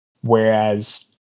whereas